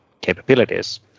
capabilities